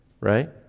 Right